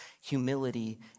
humility